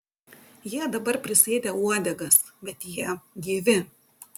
jie dabar prisėdę uodegas bet jie gyvi